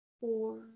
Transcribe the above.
four